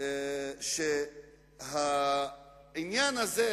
שהעניין הזה,